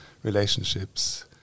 Relationships